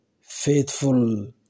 faithful